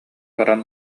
баран